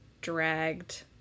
dragged